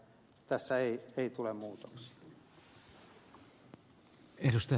tässä ei tule muutoksia